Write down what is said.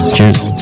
Cheers